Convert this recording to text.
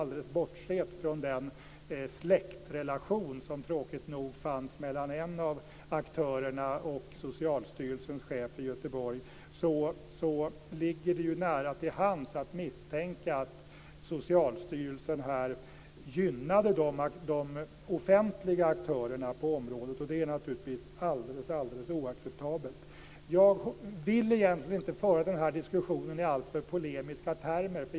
Alldeles bortsett från den släktrelation som tråkigt nog fanns mellan en av aktörerna och Socialstyrelsens chef i Göteborg ligger det ju nära till hands att misstänka att Socialstyrelsen här gynnade de offentliga aktörerna på området. Det är naturligtvis alldeles oacceptabelt. Jag vill egentligen inte föra den här diskussion i alltför polemiska termer.